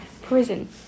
prison